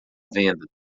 venda